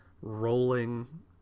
rolling